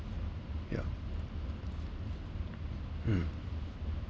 yeah mm